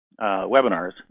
webinars